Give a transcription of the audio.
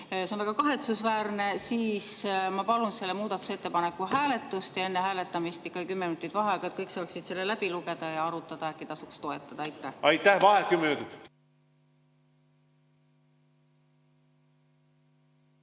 See on väga kahetsusväärne. Ma palun selle muudatusettepaneku hääletust ja enne hääletamist ikka kümme minutit vaheaega, et kõik saaksid selle läbi lugeda ja arutada, äkki tasuks toetada. Aitäh! Vaheaeg kümme